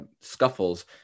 scuffles